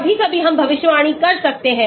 कभी कभी हम भविष्यवाणी कर सकते हैं